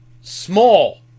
small